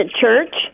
church